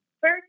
First